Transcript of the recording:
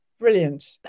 Brilliant